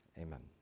Amen